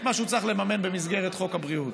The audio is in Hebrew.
מה שהוא צריך לממן במסגרת חוק הבריאות.